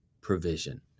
provision